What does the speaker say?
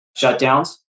shutdowns